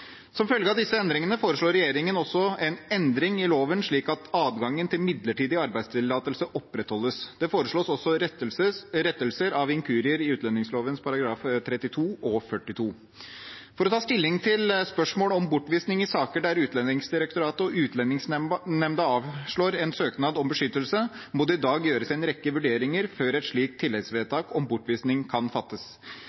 Som følge av disse endringene foreslår regjeringen også en endring i loven, slik at adgangen til midlertidig arbeidstillatelse opprettholdes. Det foreslås også rettelser av inkurier i utlendingsloven §§ 32 og 42. For å ta stilling til spørsmålet om bortvisning i saker der Utlendingsdirektoratet og Utlendingsnemnda avslår en søknad om beskyttelse, må det i dag gjøres en rekke vurderinger før et slikt